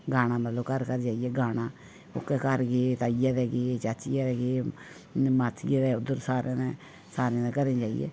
गाना मतलब घर घर जाइयै गाना ओह्के घर गे ताई दे गे चाची दे गे मासी दे उद्धर सारें दे घरें गे